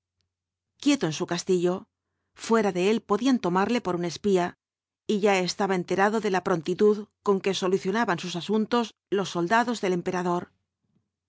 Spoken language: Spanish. quieto en su castillo fuera de él podían tomarle por un espía y ya estaba enterado de la prontitud con que solucionaban sus asuntos los soldados del emperador